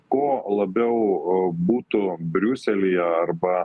ko labiau būtų briuselyje arba